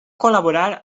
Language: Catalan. col·laborar